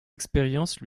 expériences